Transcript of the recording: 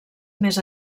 més